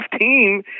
team